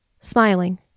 smiling